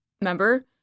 remember